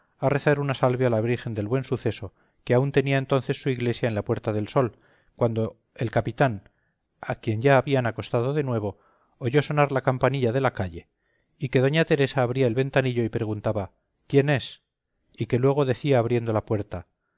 a rezar una salve a la virgen del buen suceso que aún tenía entonces su iglesia en la puerta del sol cuando el capitán a quien ya habían acostado de nuevo oyó sonar la campanilla de la calle y que da teresa abría el ventanillo y preguntaba quién es y que luego decía abriendo la puerta